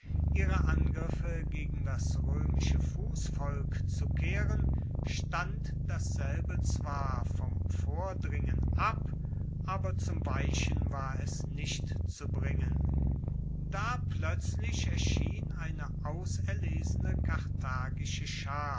ihre angriffe gegen das roemische fussvolk zu kehren stand dasselbe zwar vom vordringen ab aber zum weichen war es nicht zu bringen da ploetzlich erschien eine auserlesene